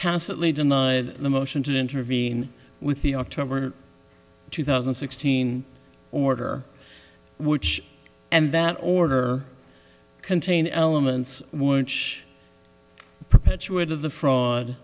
tacitly denied the motion to intervene with the october two thousand and sixteen order which and that order contain elements which perpetuate of the fraud